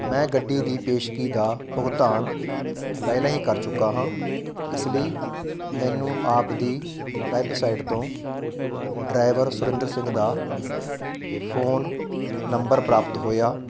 ਮੈਂ ਗੱਡੀ ਦੀ ਪੇਸ਼ਗੀ ਦਾ ਭੁਗਤਾਨ ਪਹਿਲਾਂ ਹੀ ਕਰ ਚੁੱਕਾ ਹਾਂ ਇਸ ਲਈ ਮੈਨੂੰ ਆਪ ਦੀ ਵੈਬਸਾਈਟ ਤੋਂ ਡਰਾਈਵਰ ਸੁਰਿੰਦਰ ਸਿੰਘ ਦਾ ਫੋਨ ਨੰਬਰ ਪ੍ਰਾਪਤ ਹੋਇਆ